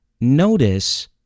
Notice